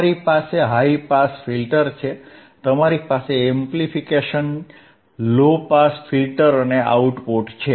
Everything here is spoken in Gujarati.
તમારી પાસે હાઈ પાસ ફિલ્ટર છે તમારી પાસે એમ્પ્લીફિકેશન લો પાસ ફિલ્ટર અને આઉટપુટ છે